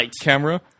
camera